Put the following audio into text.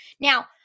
Now